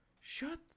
Shut